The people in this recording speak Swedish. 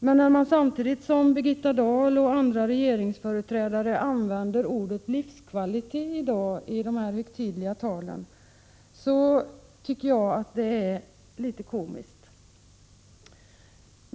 Men när man samtidigt som Birgitta Dahl och andra regeringsföreträdare i dag använder ordet ”livskvalitet” i dessa högtidliga tal, tycker jag att det är litet komiskt.